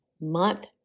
month